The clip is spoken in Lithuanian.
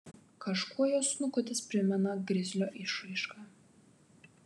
kažkuo jo snukutis primena grizlio išraišką